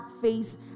face